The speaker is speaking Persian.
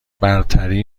برتری